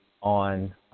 on